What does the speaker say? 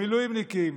המילואימניקים